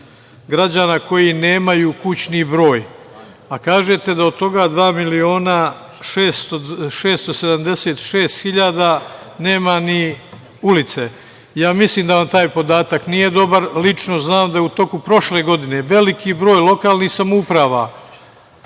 građana koji nemaju kućni broj, a kažete da od toga dva miliona 676 hiljada nema ni ulice. Ja mislim da taj podatak nije dobar lično znam da je u toku prošle godine veliki broj lokalnih samouprava